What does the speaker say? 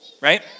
right